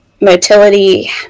motility